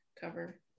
cover